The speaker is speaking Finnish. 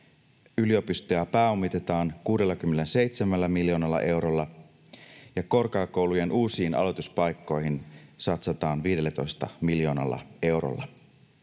yliopistoja pääomitetaan 67 miljoonalla eurolla, ja korkeakoulujen uusiin aloituspaikkoihin satsataan 15 miljoonalla eurolla.